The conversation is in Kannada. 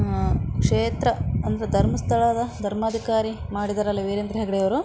ಕ್ಷೇತ್ರ ಅಂದರೆ ಧರ್ಮಸ್ಥಳದ ಧರ್ಮಾಧಿಕಾರಿ ಮಾಡಿದ್ದಾರಲ್ಲ ವೀರೇಂದ್ರ ಹೆಗ್ಗಡೆಯವ್ರು